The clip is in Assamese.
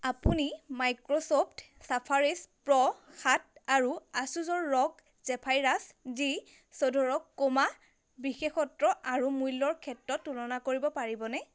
আপুনি মাইক্ৰ'ছফ্ট ছাফাৰেছ প্ৰ' সাত আৰু আছুছৰ ৰগ জেফাইৰাছ জি চৌধৰক ক্ৰোমা বিশেষত্ব আৰু মূল্যৰ ক্ষেত্ৰত তুলনা কৰিব পাৰিবনে